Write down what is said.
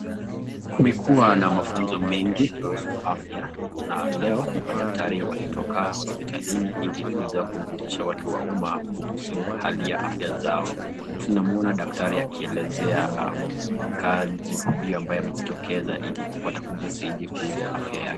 Kumekuwa na mafunzo mengi kuhusu afya, na leo madaktari walitoka hospitalini ili kuja kujulisha watu wa umma kuhusu hali ya afya zao. Tunamuona daktari akielezea mkaaji huyu ambaye amejitokeza ili kupata kujua zaidi kuhusu afya yake.